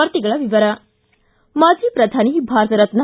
ವಾರ್ತೆಗಳ ವಿವರ ಮಾಜಿ ಶ್ರಧಾನಿ ಭಾರತ ರತ್ನ